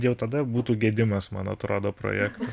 jau tada būtų gedimas man atrodo projekto